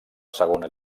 segona